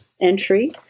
entry